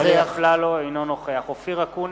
אינו נוכח אופיר אקוניס,